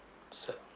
so